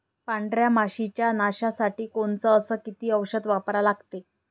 पांढऱ्या माशी च्या नाशा साठी कोनचं अस किती औषध वापरा लागते?